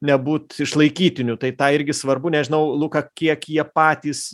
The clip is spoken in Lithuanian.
nebūt išlaikytiniu tai tą irgi svarbu nežinau luka kiek jie patys